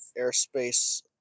airspace